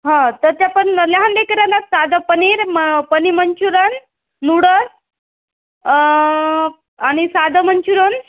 हां तर त्या पण लहान लेकराला साधं पनीर म पनीर मंचुरन नूडल आणि साधं मंचुरन